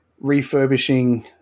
refurbishing